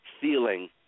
feeling